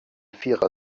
vierer